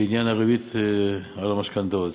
בעניין הריבית על המשכנתאות,